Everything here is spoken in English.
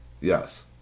yes